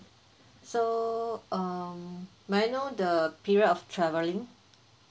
so um may I know the period of travelling